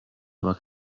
aber